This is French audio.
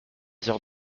heures